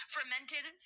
Fermented